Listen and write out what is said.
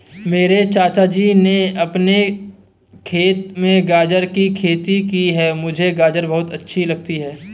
मेरे चाचा जी ने अपने खेत में गाजर की खेती की है मुझे गाजर बहुत अच्छी लगती है